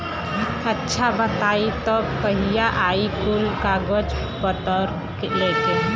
अच्छा बताई तब कहिया आई कुल कागज पतर लेके?